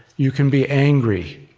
you can be angry,